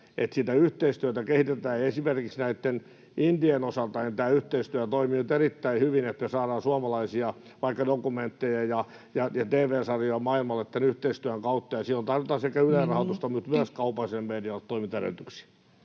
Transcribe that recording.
että yhteistyötä kehitetään. Esimerkiksi indien osalta tämä yhteistyö on toiminut erittäin hyvin, että saadaan vaikka suomalaisia dokumentteja ja tv-sarjoja maailmalle tämän yhteistyön kautta, ja silloin tarvitaan [Puhemies: Minuutti!] sekä Yle-rahoitusta mutta myös kaupalliselle medialle toimintaedellytyksiä.